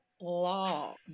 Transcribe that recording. Law